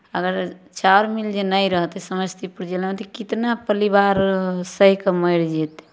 अगर चाउर मिल जे नहि रहतै समस्तीपुर जिलामे तऽ कितना परिवार सहि कऽ मरि जेतै